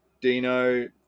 Dino